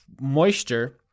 moisture